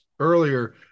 Earlier